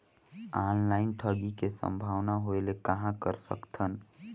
Online ठगी के संभावना होय ले कहां कर सकथन?